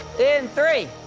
in three,